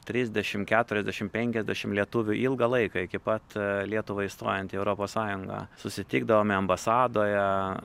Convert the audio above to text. trisdešim keturiasdešim penkiasdešim lietuvių ilgą laiką iki pat lietuvai įstojant į europos sąjungą susitikdavome ambasadoje